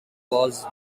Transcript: was